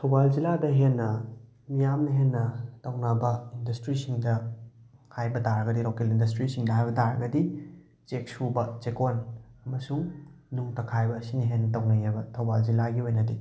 ꯊꯧꯕꯥꯜ ꯖꯤꯂꯥꯗ ꯍꯦꯟꯅ ꯃꯤꯌꯥꯝꯅ ꯍꯦꯟꯅ ꯇꯧꯅꯕ ꯏꯟꯗꯁꯇ꯭ꯔꯤꯁꯤꯡꯗ ꯍꯥꯏꯕ ꯇꯥꯔꯒꯗꯤ ꯂꯣꯀꯦꯜ ꯏꯟꯗꯁꯇ꯭ꯔꯤꯁꯤꯡꯗ ꯍꯥꯏꯕ ꯇꯥꯔꯒꯗꯤ ꯆꯦꯛ ꯁꯨꯕ ꯆꯦꯛꯀꯣꯟ ꯑꯃꯁꯨꯡ ꯅꯨꯡ ꯇꯛꯈꯥꯏꯕ ꯑꯁꯤꯅ ꯍꯦꯟꯅ ꯇꯧꯅꯩꯌꯦꯕ ꯊꯧꯕꯥꯜ ꯖꯤꯂꯥꯒꯤ ꯑꯣꯏꯅꯗꯤ